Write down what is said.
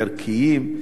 ערכיים,